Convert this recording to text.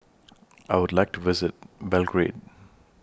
I Would like to visit Belgrade